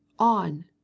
On